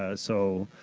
ah so.